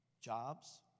jobs